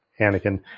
Anakin